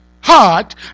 heart